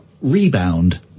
Rebound